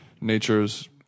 nature's